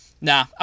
Nah